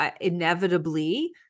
inevitably